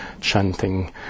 chanting